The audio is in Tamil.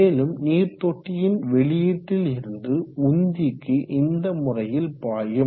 மேலும் நீர் தொட்டியின் வெளியீட்டில் இருந்து உந்திக்கு இந்த முறையில் பாயும்